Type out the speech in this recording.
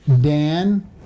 Dan